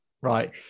Right